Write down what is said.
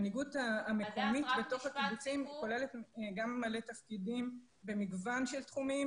המנהיגות המקומית בתוך הקיבוצים כוללת גם בעלי תפקידים במגוון של תחומים